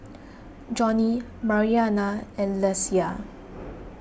Johny Mariana and Lesia